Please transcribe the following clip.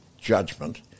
judgment